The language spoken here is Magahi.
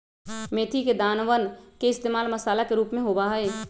मेथी के दानवन के इश्तेमाल मसाला के रूप में होबा हई